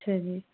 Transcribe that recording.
ਅੱਛਾ ਜੀ